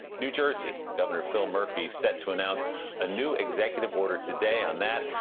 new jersey. governor phil murphy set to announce a new executive order today on that,